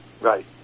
Right